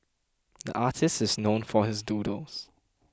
the artist is known for his doodles